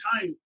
time